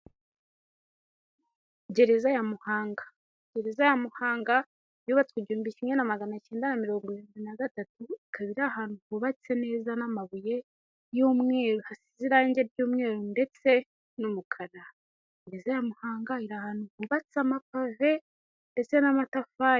Gereza ya Muhanga. Gereza ya Muhanga yubatswe igihumbi kimwe na magana acyenda na mirongo irindwi na gatatu, ikaba iri ahantu hubatse neza n'amabuye y'umweru, hasize irangi ry'umweru ndetse n'umukara. Gereza ya Muhanga iri ahantu hubatse amapave ndetse n'amatafari.